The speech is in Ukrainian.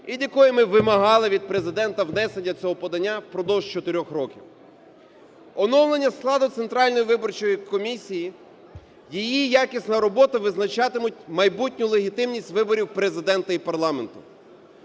від якої ми вимагали від Президента внесення цього подання впродовж 4 років. Оновлення складу Центральної виборчої комісії, її якісна робота визначатимуть майбутню легітимність виборів Президента і парламенту.